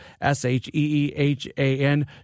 S-H-E-E-H-A-N